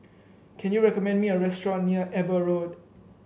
can you recommend me a restaurant near Eber Road